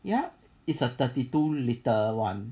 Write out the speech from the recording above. ya it's a thirty two litre one